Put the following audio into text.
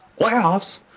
Playoffs